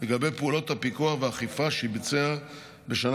לגבי פעולות הפיקוח והאכיפה שביצע בשנה